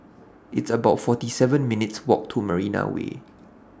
It's about forty seven minutes' Walk to Marina Way